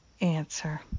answer